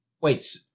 Wait